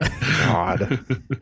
God